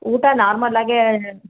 ಊಟ ನಾರ್ಮಲ್ಲಾಗೇ